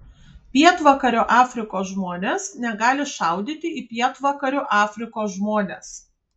pietvakarių afrikos žmonės negali šaudyti į pietvakarių afrikos žmones